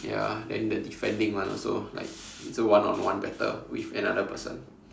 ya then the defending one also like it's a one on one battle with another person